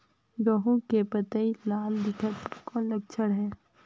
गहूं के पतई लाल दिखत हे कौन लक्षण हे?